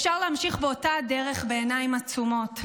אפשר להמשיך באותה הדרך בעיניים עצומות.